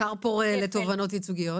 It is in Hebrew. כר פורה לתובענות ייצוגיות.